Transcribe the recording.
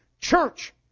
church